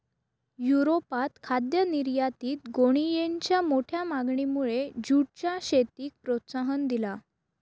युरोपात खाद्य निर्यातीत गोणीयेंच्या मोठ्या मागणीमुळे जूटच्या शेतीक प्रोत्साहन दिला